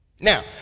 Now